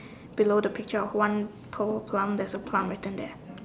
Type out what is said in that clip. below the picture of one tall plum there's a plum written there